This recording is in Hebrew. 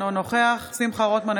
אינו נוכח שמחה רוטמן,